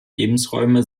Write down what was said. lebensräume